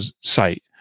site